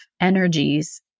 energies